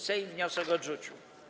Sejm wniosek odrzucił.